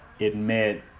admit